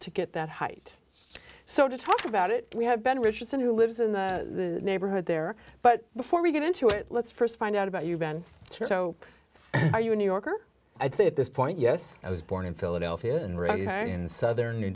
to get that height so to talk about it we have ben richardson who lives in the neighborhood there but before we get into it let's first find out about you've been so are you a new yorker i'd say at this point yes i was born in philadelphia and ready and southern new